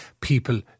people